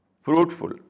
fruitful